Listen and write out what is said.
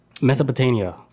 Mesopotamia